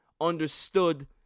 understood